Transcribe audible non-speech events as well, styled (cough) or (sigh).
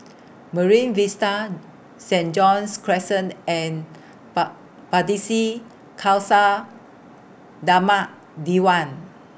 Marine Vista Saint John's Crescent and (unintelligible) Pardesi Khalsa Dharmak Diwan